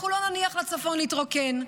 אנחנו לא נניח לצפון להתרוקן,